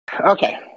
Okay